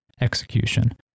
execution